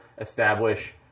establish